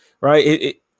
right